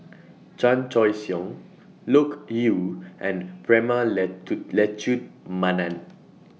Chan Choy Siong Loke Yew and Prema Letchumanan